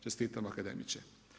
Čestitam akademiče.